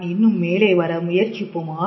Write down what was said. நான் இன்னும் மேலே வர முயற்சிப்போம்